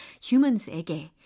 Humans에게